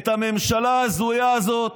את הממשלה ההזויה הזאת,